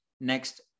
next